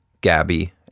Gabby